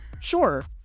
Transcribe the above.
Sure